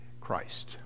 Christ